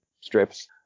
strips